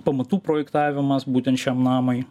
pamatų projektavimas būtent šiam namui